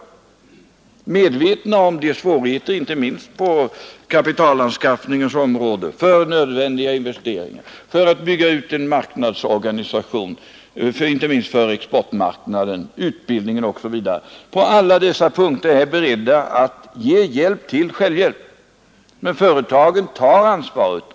Vi är medvetna om deras svårigheter, inte minst när det gäller att anskaffa kapital till nödvändiga investeringar, för att bygga ut en marknadsorganisation, bl.a. för exportmarknaden, och till utbildningen, och vi är beredda att på alla dessa punkter ge hjälp till självhjälp. Men företagen bär ansvaret.